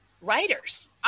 writers